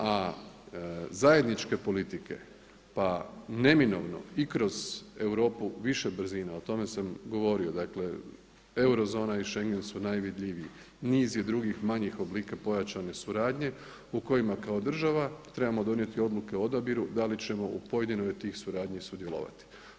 A zajedničke politike, pa neminovno i kroz Europu više brzina, o tome sam govorio, dakle eurozona i Schengen su najvidljiviji, niz je drugih manjih oblika pojačane suradnje u kojima kao država trebamo donijeti odluke o odabiru da li ćemo u pojedinoj od tih suradnji sudjelovati.